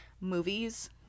movies